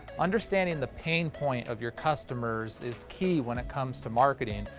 understanding the paying point of your customers is key when it comes to marketing,